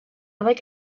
like